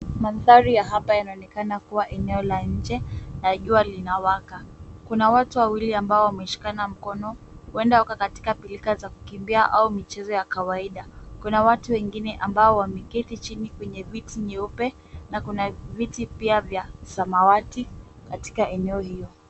Mandhari ya hapa yanaonekana kuwa eneo la nje na jua linawaka, kuna watu wawili ambao wameshikana mkono, huenda wako katika pilka za kukimbia au michezo ya kawaida, kuna watu wengine ambao wameketi chini kwenye viti nyeupe na kuna viti pia vya samawati katika eneo hilo.